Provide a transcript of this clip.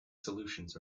solutions